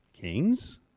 Kings